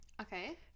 Okay